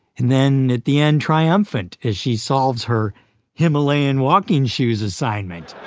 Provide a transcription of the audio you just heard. and then, at the end, triumphant as she solves her himalayan walking shoes assignment